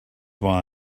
why